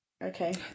Okay